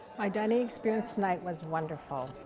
my dining experience tonight was wonderful.